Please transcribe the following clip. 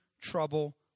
trouble